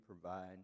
provide